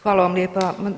Hvala vam lijepa.